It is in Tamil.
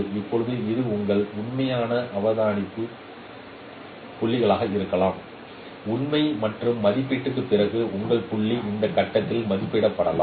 இப்போது இது உங்கள் உண்மையான அவதானிப்பு புள்ளிகளாக இருக்கலாம் உண்மை மற்றும் மதிப்பீட்டிற்குப் பிறகு உங்கள் புள்ளி இந்த கட்டத்தில் மதிப்பிடப்படலாம்